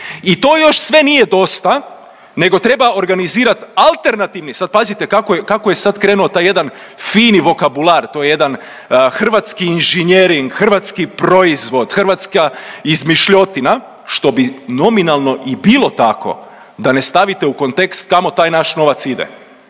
I to još sve nije dosta nego treba organizirat alternativni sad pazite kako je sad krenuo taj jedan fini vokabular to jedan hrvatski inženjering, hrvatski proizvod, hrvatska izmišljotina što bi nominalno i bilo tako da ne stavite u kontekst kamo taj naš novac ide.